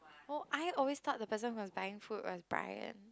oh I always thought the person who was buying food was Brian